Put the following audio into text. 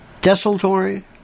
desultory